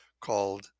called